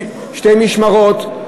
הם עובדים בשתי משמרות,